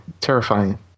terrifying